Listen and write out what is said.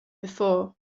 before